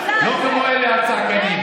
מעולה, לא כמו אלה הצעקנים.